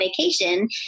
vacation